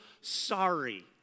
sorry